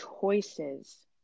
choices